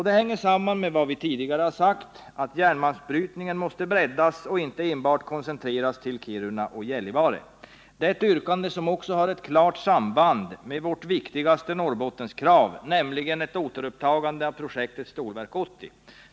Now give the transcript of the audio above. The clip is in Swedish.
Det hänger samman med vad vi har sagt tidigare, att järnmalmsbrytningen måste breddas och inte enbart koncentreras till Kiruna och Gällivare. Det är ett yrkande som också har ett klart samband med vårt viktigaste Norrbottenskrav, nämligen återupptagande av projektet Stålverk 80.